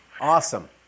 Awesome